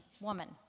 woman